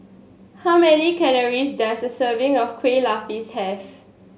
how many calories does a serving of Kueh Lupis have